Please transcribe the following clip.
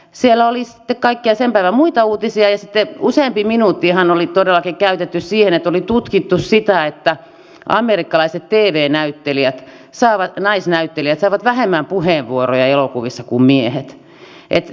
siellä oli sen päivän kaikkia muita uutisia ja sitten useampi minuutti ihan oli todellakin käytetty siihen että oli tutkittu sitä että amerikkalaiset tv näyttelijät naisnäyttelijät saavat vähemmän puheenvuoroja elokuvissa kuin miehet